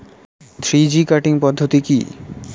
Three G cutting পদ্ধতি কি?